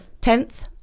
Tenth